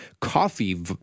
coffee